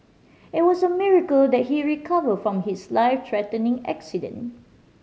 it was a miracle that he recovered from his life threatening accident